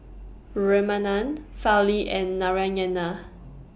Ramanand Fali and Narayana